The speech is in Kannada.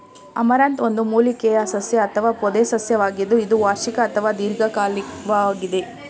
ಅಮರಂಥ್ ಒಂದು ಮೂಲಿಕೆಯ ಸಸ್ಯ ಅಥವಾ ಪೊದೆಸಸ್ಯವಾಗಿದ್ದು ಇದು ವಾರ್ಷಿಕ ಅಥವಾ ದೀರ್ಘಕಾಲಿಕ್ವಾಗಿದೆ